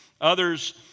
Others